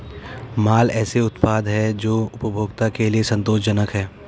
माल ऐसे उत्पाद हैं जो उपभोक्ता के लिए संतोषजनक हैं